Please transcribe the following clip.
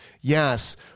Yes